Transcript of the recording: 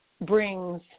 brings